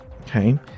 Okay